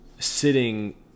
sitting